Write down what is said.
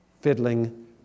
fiddling